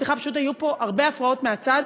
סליחה, פשוט היו פה הרבה הפרעות מהצד.